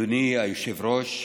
אדוני היושב-ראש,